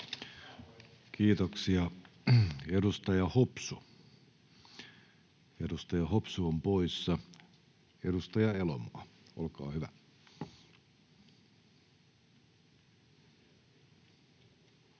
Hopsu, edustaja Hopsu on poissa. — Edustaja Elomaa, olkaa hyvä.